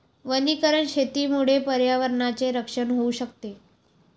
वनीकरण शेतीमुळे पर्यावरणाचे रक्षण होऊ शकते